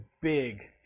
big